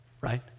right